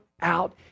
out